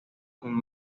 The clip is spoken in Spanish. con